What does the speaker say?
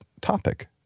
topic